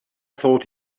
thought